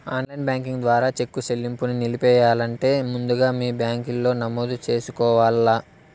online banking ద్వారా cheque సెల్లింపుని నిలిపెయ్యాలంటే ముందుగా మీ బ్యాంకిలో నమోదు చేసుకోవల్ల